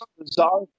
bizarre